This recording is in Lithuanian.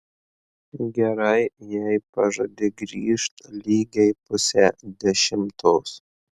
gerai jei pažadi grįžt lygiai pusę dešimtos